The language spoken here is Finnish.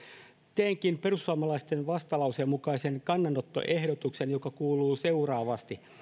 teenkin perussuomalaisten vastalauseen mukaisen kannanottoehdotuksen joka kuuluu seuraavasti